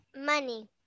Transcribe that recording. Money